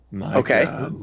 Okay